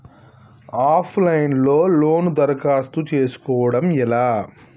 Of line లో loan దరఖాస్తు చేసుకోవడం ఎలా?